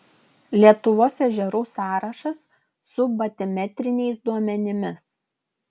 lietuvos ežerų sąrašas su batimetriniais duomenimis